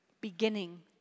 beginning